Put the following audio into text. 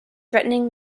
threatening